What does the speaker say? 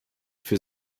für